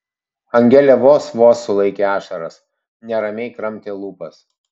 angelė vos vos sulaikė ašaras neramiai kramtė lūpas